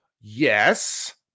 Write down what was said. Yes